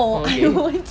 oh okay